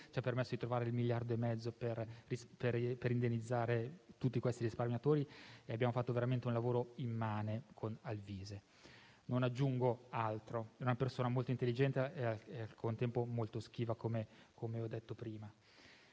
ci ha permesso di trovare 1,5 miliardi per indennizzare tutti questi risparmiatori e abbiamo fatto veramente un lavoro immane con lui. Non aggiungo altro. Era una persona molto intelligente e al contempo molto schiva, come ho detto prima.